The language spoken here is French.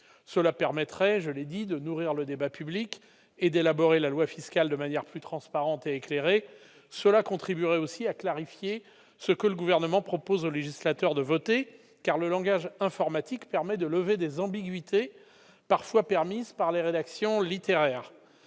cela permettrait, je l'ai dit de nourrir le débat public et d'élaborer la loi fiscale de manière plus transparente et éclairé, cela contribuerait aussi à clarifier ce que le gouvernement propose au législateur de voter car le langage informatique permet de lever des ambiguïtés parfois permise par les rédactions littéraire,